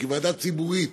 כי ועדה ציבורית,